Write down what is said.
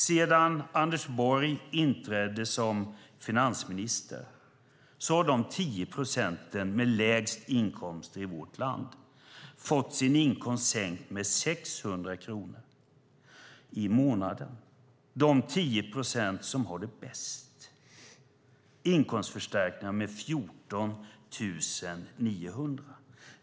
Sedan Anders Borg inträdde som finansminister har de 10 procenten med lägst inkomst i vårt land fått sin inkomst sänkt med 600 kronor i månaden. De 10 procent som har det bäst har fått inkomstförstärkningar med 14 900.